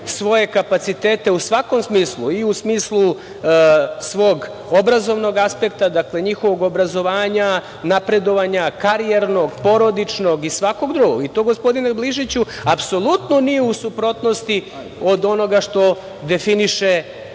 svoje kapacitete u svakom smislu, i u smislu svog obrazovnog aspekta, dakle, njihovog obrazovanja, napredovanja, karijernog, porodičnog i svakog drugog. To, gospodine Glišiću, apsolutno nije u suprotnosti od onoga što definiše